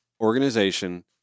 organization